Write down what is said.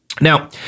Now